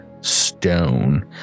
stone